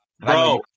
bro